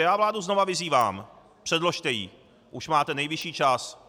Já vládu znova vyzývám: Předložte ji, už máte nejvyšší čas!